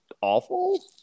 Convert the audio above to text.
awful